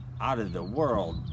out-of-the-world